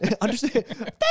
Understand